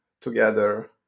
together